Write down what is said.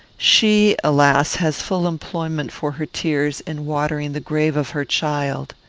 she, alas! has full employment for her tears in watering the grave of her child.